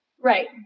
Right